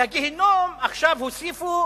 על הגיהינום הוסיפו